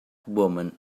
woman